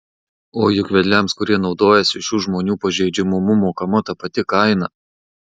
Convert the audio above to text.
o juk vedliams kurie naudojosi šių žmonių pažeidžiamumu mokama ta pati kaina